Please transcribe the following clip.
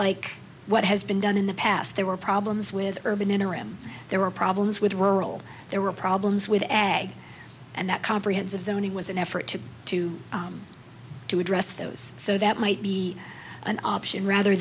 like what has been done in the past there were problems with urban interim there were problems with rural there were problems with ag and that comprehensive zoning was an effort to to to address those so that might be an option rather